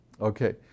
Okay